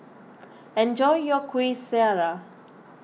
enjoy your Kueh Syara